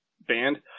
band